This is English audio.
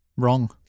wrong